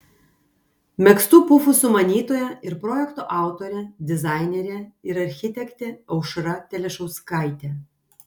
megztų pufų sumanytoja ir projekto autorė dizainerė ir architektė aušra telišauskaitė